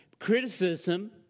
Criticism